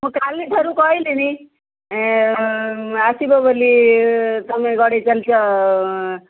ମୁଁ କାଲିଠାରୁ କହିଲିଣି ଏଁ ଆସିବ ବୋଲି ତୁମେ ଗଡ଼ାଇ ଚାଲିଛ